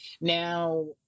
Now